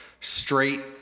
straight